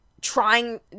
trying